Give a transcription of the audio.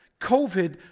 COVID